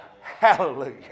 Hallelujah